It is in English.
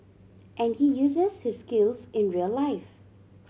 and he uses his skills in real life